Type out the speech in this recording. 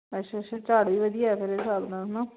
ਅੱਛਾ ਅੱਛਾ ਝਾੜ ਵੀ ਵਧੀਆ ਮੇਰੇ ਹਿਸਾਬ ਨਾਲ ਨਾ